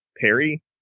Perry